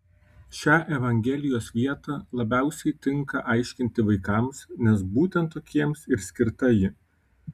šią evangelijos vietą labiausiai tinka aiškinti vaikams nes būtent tokiems ir skirta ji